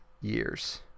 years